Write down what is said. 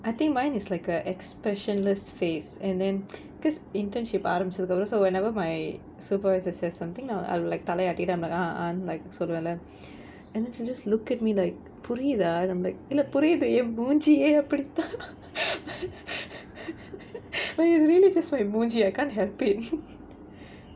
I think mine is like a expressionless face and then because internship ஆரம்பிச்சதுக்கு அப்புறம்:aarambichathukku appuram so whenever my supervisor says something now I'll like தலையாட்டிட்டு:thalaiyaattittu I'm like uh uh அந்து:anthu like சொல்வேன்:solvaen leh and then she'll just look at me like புரியுதா:puriyuthaa lah and I'm like இல்ல புரியுது என் மூஞ்சியே அப்படித்தான்:illa puriyuthu en moonjiyae appdithaan but it's really just my மூஞ்சி:moonji I can't help it